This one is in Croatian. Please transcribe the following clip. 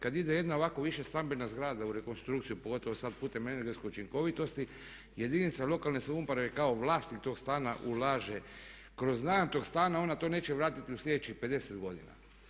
Kad ide jedna ovako više stambena zgrada u rekonstrukciju, pogotovo sad putem energetske učinkovitosti, jedinica lokalne samouprave kao vlasnik tog stana ulaže kroz najam tog stana i ona to neće vratiti u sljedećih 50 godina.